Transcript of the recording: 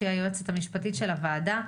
היועצת המשפטית של הוועדה.